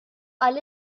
għall